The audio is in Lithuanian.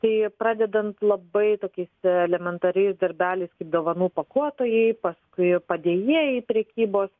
tai pradedant labai tokiais elementariais darbeliais kaip dovanų pakuotojai paskui padėjėjai prekybos